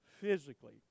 physically